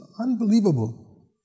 unbelievable